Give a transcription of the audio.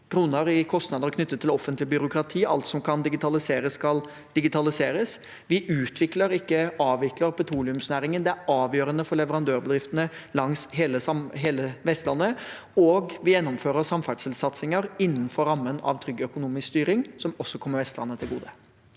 mrd. kr i kostnader knyttet til offentlig byråkrati. Alt som kan digitaliseres, skal digitaliseres. Vi utvikler, ikke avvikler, petroleumsnæringen – det er avgjørende for leverandørbedriftene langs hele Vestlandet – og vi gjennomfører samferdselssatsinger innenfor rammen av trygg økonomisk styring, som også kommer Vestlandet til gode.